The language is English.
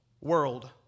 world